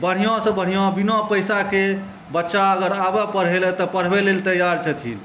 बढ़िऑं सए बढ़िऑं बिना पैसाके बच्चा अगर आबय पढ़य लए तँ पढ़बै लेल तैयार छथिन